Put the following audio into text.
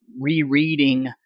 rereading